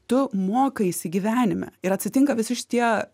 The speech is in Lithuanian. tu mokaisi gyvenime ir atsitinka visi šitie